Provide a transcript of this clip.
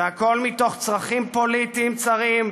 והכול מתוך צרכים פוליטיים צרים,